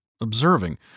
observing